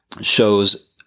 shows